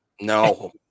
No